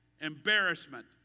embarrassment